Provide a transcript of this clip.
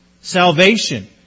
salvation